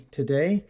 today